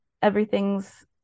everything's